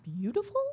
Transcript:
beautiful